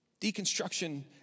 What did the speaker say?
Deconstruction